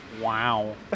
Wow